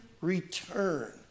return